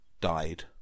died